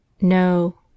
No